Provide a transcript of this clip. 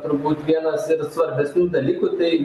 turbūt vienas svarbesnių dalykų tai